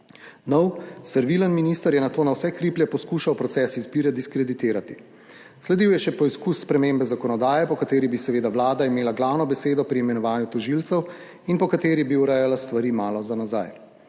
Nov, servilen minister je nato na vse kriplje poskušal proces izbire diskreditirati. Sledil je še poizkus spremembe zakonodaje, po kateri bi seveda Vlada imela glavno besedo pri imenovanju tožilcev in po kateri bi urejala stvari malo za nazaj.